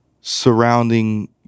surrounding